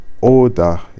order